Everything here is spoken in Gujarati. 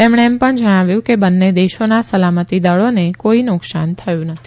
તેમણે એમ પણ જણાવ્યું છે કે બંને દેશોના સલામતી દળોને કોઈ નુકસાન થયું નથી